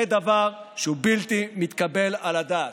זה דבר שהוא בלתי מתקבל על הדעת.